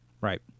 Right